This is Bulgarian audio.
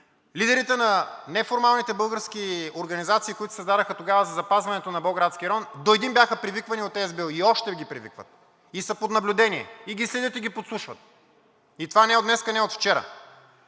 лидерите на неформалните български организации, които се създадоха тогава за запазването на Болградския район, до един бяха привиквани от СБУ, и още ги привикват, и са под наблюдение, и ги следят, и ги подслушват! И това не е от днес, не е от вчера!